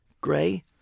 Gray